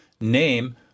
name